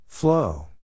Flow